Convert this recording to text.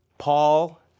Paul